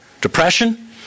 Depression